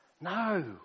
No